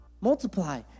Multiply